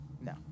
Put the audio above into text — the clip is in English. No